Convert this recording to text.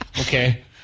Okay